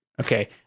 Okay